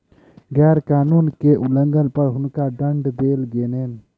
कर कानून के उल्लंघन पर हुनका दंड देल गेलैन